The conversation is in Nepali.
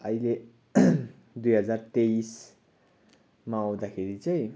अहिले दुई हजार तेइसमा आउँदाखेरि चाहिँ